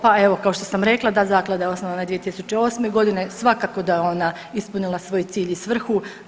Pa evo kao što sam rekla, da zaklada je osnovana 2008.g., svakako da je ona ispunila svoj cilj i svrhu.